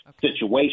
situation